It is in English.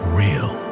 real